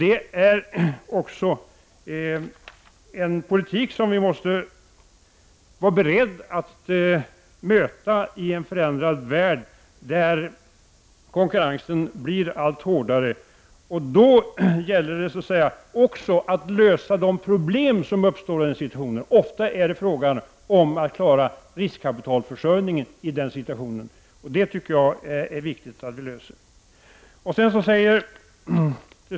Det är också en politik som vi måste vara beredda att möta i en föränderlig värld där konkurrensen blir allt hårdare. Då gäller det också att lösa de problem som uppstår. Ofta är det fråga om att klara riskkapitalförsörjningen, och det är mycket viktigt. Gudrun Norberg säger.